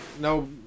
no